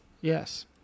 Yes